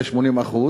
וזה 80%,